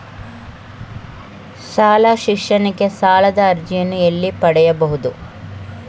ಶಾಲಾ ಶಿಕ್ಷಣಕ್ಕೆ ಸಾಲದ ಅರ್ಜಿಯನ್ನು ಎಲ್ಲಿ ಪಡೆಯಬಹುದು?